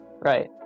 right